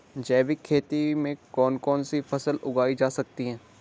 जैविक खेती में कौन कौन सी फसल उगाई जा सकती है?